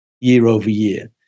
year-over-year